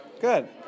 Good